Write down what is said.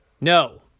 no